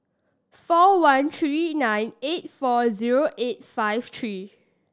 four one three nine eight four zero eight five three